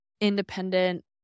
independent